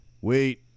wait